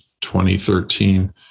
2013